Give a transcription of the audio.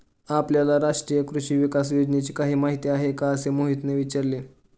आपल्याला राष्ट्रीय कृषी विकास योजनेची काही माहिती आहे का असे मोहितने विचारले?